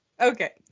Okay